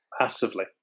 passively